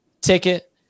ticket